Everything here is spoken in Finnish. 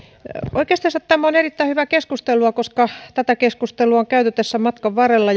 oikeastaan tämä on erittäin hyvää keskustelua koska tätä keskustelua on käyty tässä matkan varrella